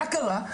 מה קרה?